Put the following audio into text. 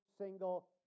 single